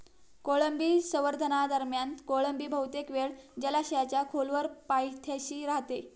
कोळंबी संवर्धनादरम्यान कोळंबी बहुतेक वेळ जलाशयाच्या खोलवर पायथ्याशी राहते